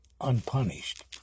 unpunished